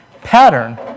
pattern